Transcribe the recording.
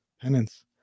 penance